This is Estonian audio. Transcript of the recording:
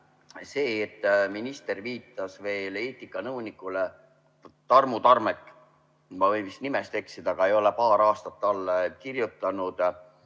See, et minister viitas eetikanõunikule – Tarmu Tammerk, ma võin nimega eksida, ei ole paar aastat talle kirjutanud